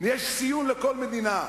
יש ציון לכל מדינה.